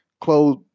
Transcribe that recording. clothes